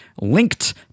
linked